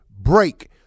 break